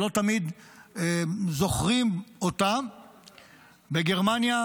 שלא תמיד זוכרים: בגרמניה